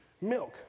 milk